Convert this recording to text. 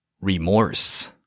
Remorse